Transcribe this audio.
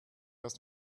erst